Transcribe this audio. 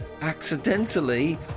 accidentally